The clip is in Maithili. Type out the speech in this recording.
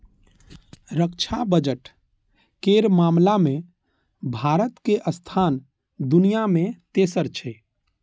रक्षा बजट केर मामला मे भारतक स्थान दुनिया मे तेसर छै